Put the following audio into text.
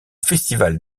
festival